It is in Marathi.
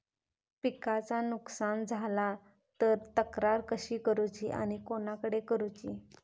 पिकाचा नुकसान झाला तर तक्रार कशी करूची आणि कोणाकडे करुची?